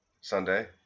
Sunday